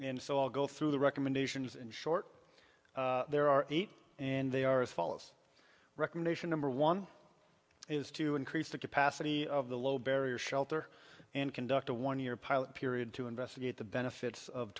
and so i'll go through the recommendations in short there are eight and they are as follows recommendation number one is to increase the capacity of the low barrier shelter and conduct a one year pilot period to investigate the benefits of